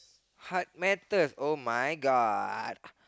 heart matters oh my god